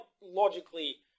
logically